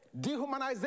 Dehumanization